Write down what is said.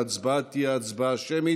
ההצבעה תהיה הצבעה שמית,